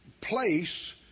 place